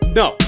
no